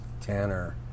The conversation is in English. Tanner